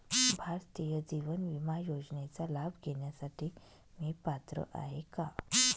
भारतीय जीवन विमा योजनेचा लाभ घेण्यासाठी मी पात्र आहे का?